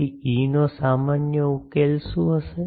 તેથી E નો સામાન્ય ઉકેલો શું હશે